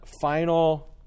final